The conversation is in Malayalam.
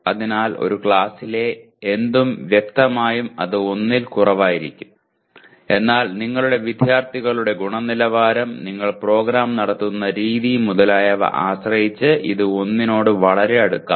അതിനാൽ ഒരു ക്ലാസ്സിലെ എന്തും വ്യക്തമായും അത് 1 ൽ കുറവായിരിക്കും എന്നാൽ നിങ്ങളുടെ വിദ്യാർത്ഥികളുടെ ഗുണനിലവാരം നിങ്ങൾ പ്രോഗ്രാം നടത്തുന്ന രീതി മുതലായവയെ ആശ്രയിച്ച് ഇത് 1 നോട് വളരെ അടുക്കാം